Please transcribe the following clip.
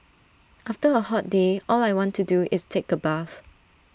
after A hot day all I want to do is take A bath